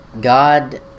God